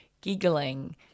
giggling